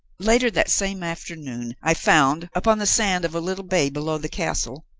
later that same afternoon i found, upon the sand of a little bay below the castle,